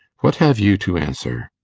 what have you to answer?